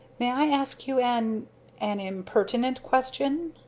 may i ask you an an impertinent question?